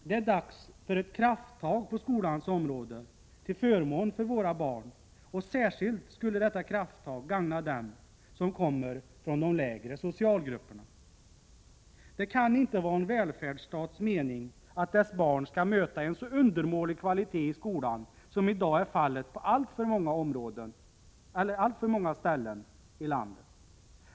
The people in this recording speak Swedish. Det är dags för ett krafttag på skolans område till förmån för våra barn, och särskilt skulle detta krafttag gagna dem som kommer från de lägre socialgrupperna. Det kan inte vara en välfärdsstats mening att dess barn skall möta en så undermålig kvalitet i skolan som i dag är fallet på alltför många ställen i landet.